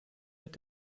mit